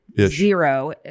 Zero